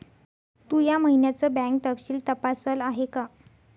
तू या महिन्याचं बँक तपशील तपासल आहे का?